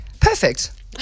Perfect